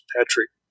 Patrick